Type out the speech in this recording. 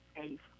safe